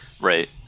Right